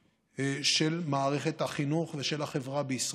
של מערכת החינוך ושל החברה בישראל.